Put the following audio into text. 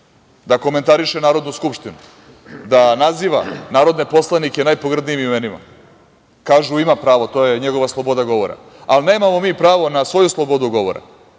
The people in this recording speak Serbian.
da komentariše Narodnu skupštinu, da naziva narodne poslanike najpogrdnijim imenima. Kažu ima pravo, to je njegova sloboda govora, ali nemamo mi pravo na svoju slobodu govora,